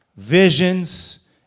visions